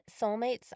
soulmates